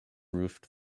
roofed